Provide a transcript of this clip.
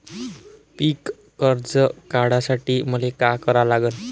पिक कर्ज काढासाठी मले का करा लागन?